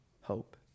hope